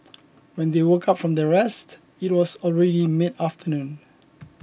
when they woke up from their rest it was already mid afternoon